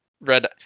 red